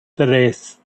tres